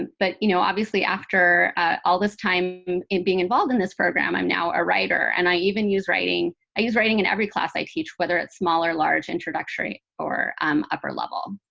but you know, obviously after all this time and being involved in this program, i'm now a writer and i even use writing i use writing in every class i teach, whether it's small or large, introductory or um upper level.